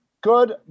Good